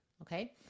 Okay